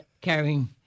carrying